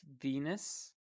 Venus